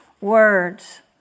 words